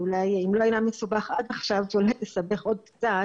שאם לא היה מסובך עד עכשיו זה הולך לסבך עוד קצת.